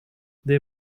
they